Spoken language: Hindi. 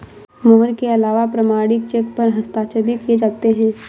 मोहर के अलावा प्रमाणिक चेक पर हस्ताक्षर भी किये जाते हैं